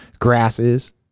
grasses